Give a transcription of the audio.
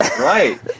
Right